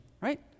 right